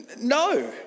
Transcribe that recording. No